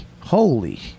Holy